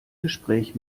gespräch